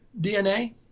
DNA